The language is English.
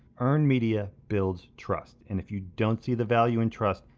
earned media builds trust, and if you don't see the value in trust,